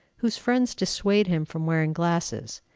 whose friends dissuade him from wearing glasses.